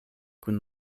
kun